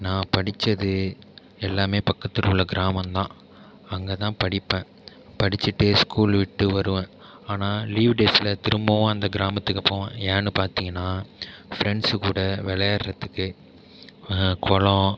நான் படிச்சது எல்லாமே பக்கத்தில் உள்ள கிராமம் தான் அங்கே தான் படிப்பேன் படிச்சிவிட்டு ஸ்கூல் விட்டு வருவேன் ஆனால் லீவ் டேஸில் திரும்பவும் அந்த கிராமத்துக்கு போவேன் ஏன்னு பார்த்திங்கனா ஃப்ரெண்ட்ஸு கூட விளையாட்றதுக்கு குளோம்